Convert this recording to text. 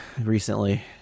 recently